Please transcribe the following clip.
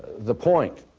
the point.